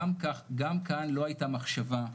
גם כאן לא הייתה מחשבה.